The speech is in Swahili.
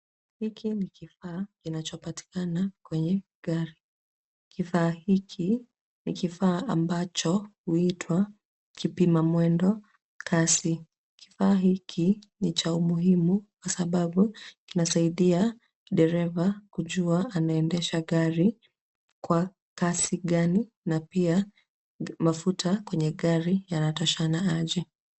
Hiki ni kifaa kinachopatikana kwenye gari. Kifaa hiki ni kifaa ambacho huitwa kipimamwendo kasi. Kifaa hiki ni cha umuhimu kwa sababu kinasaidia dereva kujua anaendesha gari kwa kasi gani na pia mafuta kwenye gari yanatoshana aje.